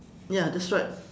ya that's right